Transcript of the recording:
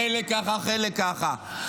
חלק ככה חלק ככה.